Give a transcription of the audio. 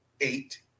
Eight